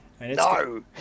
No